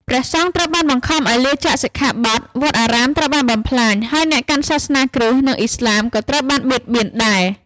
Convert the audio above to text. ព្រះសង្ឃត្រូវបានបង្ខំឱ្យលាចាកសិក្ខាបទ វត្តអារាមត្រូវបានបំផ្លាញ ហើយអ្នកកាន់សាសនាគ្រឹស្ត និងឥស្លាមក៏ត្រូវបានបៀតបៀនដែរ។